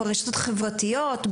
ברשתות חברתיות,